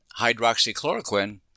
hydroxychloroquine